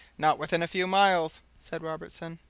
not within a few miles, said robertson.